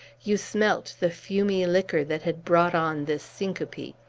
you smelt the fumy liquor that had brought on this syncope.